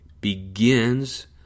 begins